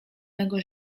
mego